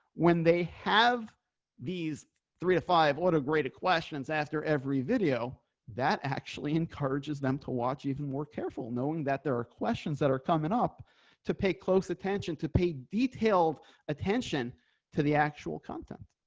when they have these three to five auto graded questions asked her every video that actually encourages them to watch even more careful, knowing that there are questions that are coming up to pay close attention to pay detailed attention to the actual content.